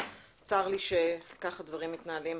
צר לי שכך הדברים מתנהלים,